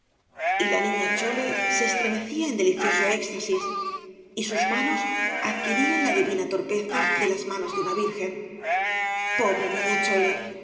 y la niña chole se estremecía en delicioso éxtasis y sus manos adquirían la divi s obras de valle inclan fe na torpeza de las manos de una virgen pobre niña chole